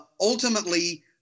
ultimately